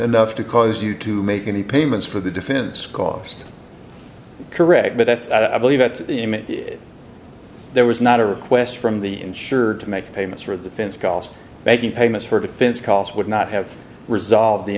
enough to cause you to make any payments for the defense cost correct but that's i believe that there was not a request from the insured to make the payments or the fence costs making payments for defense calls would not have resolved the